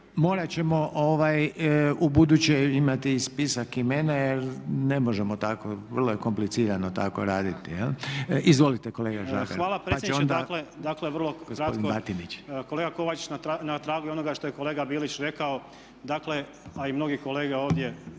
morat ćemo u buduće imati spisak imena jer ne možemo tako. Vrlo je komplicirano tako raditi. Izvolite kolega Žagar. **Žagar, Tomislav (SDP)** Hvala predsjedniče. Tako je. Vrlo kratko. Kolega Kovačić na tragu je onoga što je kolega Bilić rekao, dakle a i mnogi kolege ovdje.